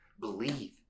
Believe